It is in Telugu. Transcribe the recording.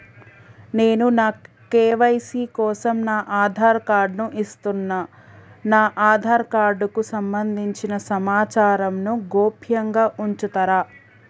నేను నా కే.వై.సీ కోసం నా ఆధార్ కార్డు ను ఇస్తున్నా నా ఆధార్ కార్డుకు సంబంధించిన సమాచారంను గోప్యంగా ఉంచుతరా?